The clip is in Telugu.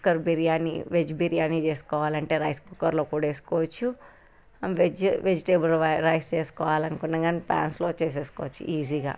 కుక్కర్ బిర్యాని వెజ్ బిర్యానీ చేసుకోవాలంటే రైస్ కుక్కర్లో కూడా వేసుకోచ్చు వెజ్ వెజిటేబుల్ రైస్ చేసుకోవాలనుకున్న కాని ట్రాన్స్ ఫ్లోర్ చేసుకోచ్చు ఈజీగా